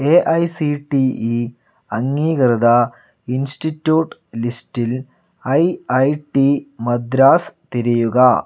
AICTE അംഗീകൃത institute ലിസ്റ്റിൽ IIT Madras തിരയുക